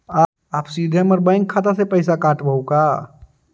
आप सीधे हमर बैंक खाता से पैसवा काटवहु का?